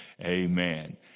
Amen